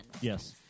Yes